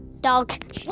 Dog